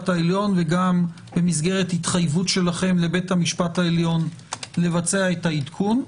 העליון וגם במסגרת התחייבות שלכם לבית המשפט העליון לבצע את העדכון.